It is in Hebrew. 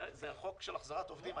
זה החוק של החזרת עובדים.